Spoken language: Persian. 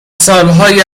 سالهای